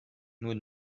nous